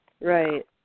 Right